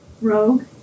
rogue